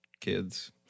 kids